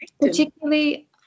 Particularly